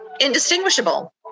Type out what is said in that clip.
indistinguishable